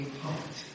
heart